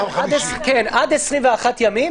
כן, עד 21 ימים.